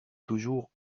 toujours